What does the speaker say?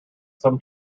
some